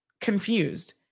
confused